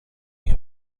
you